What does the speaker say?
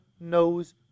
knows